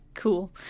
Cool